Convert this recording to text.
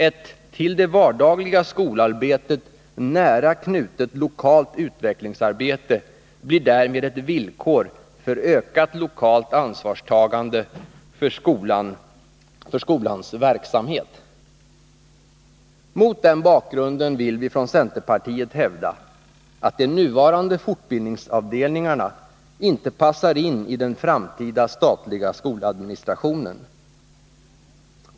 Ett till det vardagliga skolarbetet nära knutet lokalt utvecklingsarbete blir därmed ett villkor för ökat lokalt ansvarstagande vad gäller skolans verksamhet. Mot den bakgrunden vill vi från centerpartiet hävda att de nuvarande fortbildningsavdelningarna inte passar in i den framtida statliga skoladministrationen.